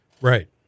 right